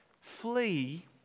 flee